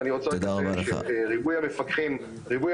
ואני רוצה רק לציין שריבוי המפקחים שציין